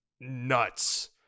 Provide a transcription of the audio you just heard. nuts